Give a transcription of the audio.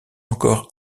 encore